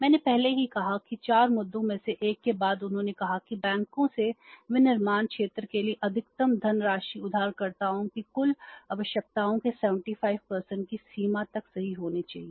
मैंने पहले ही कहा कि चार मुद्दों में से एक के बाद उन्होंने कहा कि बैंकों से विनिर्माण क्षेत्र के लिए अधिकतम धनराशि उधारकर्ताओं की कुल आवश्यकताओं के 75 की सीमा तक सही होनी चाहिए